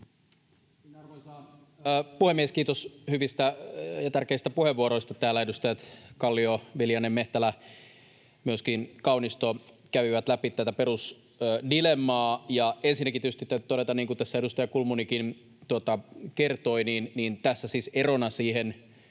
Arvoisa puhemies! Kiitos hyvistä ja tärkeistä puheenvuoroista. Täällä edustajat Kallio, Viljanen, Mehtälä, myöskin Kaunisto kävivät läpi tätä perusdilemmaa. Ensinnäkin tietysti täytyy todeta, niin kuin tässä edustaja Kulmunikin kertoi, että tässä nyt siis on erona siihen